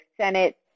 Senate